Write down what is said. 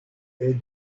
est